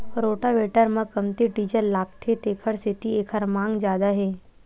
rotavator म कमती diesel लागथे तेखर सेती एखर मांग जादा हे